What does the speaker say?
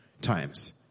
times